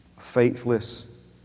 Faithless